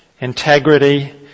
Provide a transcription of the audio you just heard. integrity